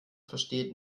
versteht